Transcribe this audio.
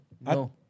No